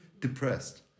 depressed